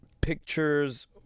pictures